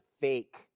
fake